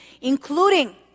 including